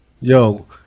Yo